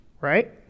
Right